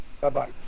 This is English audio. Bye-bye